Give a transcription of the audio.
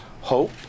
hope